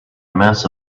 mass